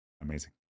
Amazing